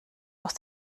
aus